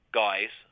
guys